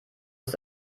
ist